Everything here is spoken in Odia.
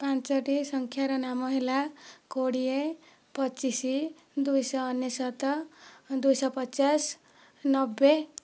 ପାଞ୍ଚୋଟି ସଂଖ୍ୟାର ନାମ ହେଲା କୋଡ଼ିଏ ପଚିଶ ଦୁଇଶହ ଅନେଶତ ଦୁଇଶହ ପଚାଶ ନବେ